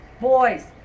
Boys